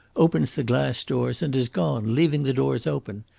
opens the glass doors, and is gone, leaving the doors open.